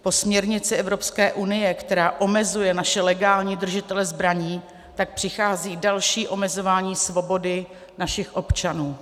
Po směrnici EU, která omezuje naše legální držitele zbraní, tak přichází další omezování svobody našich občanů.